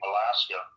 Alaska